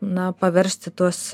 na paversti tuos